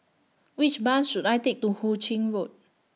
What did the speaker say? Which Bus should I Take to Hu Ching Road